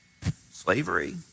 slavery